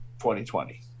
2020